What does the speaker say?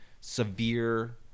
severe